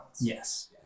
Yes